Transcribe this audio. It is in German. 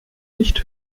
nicht